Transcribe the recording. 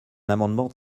amendement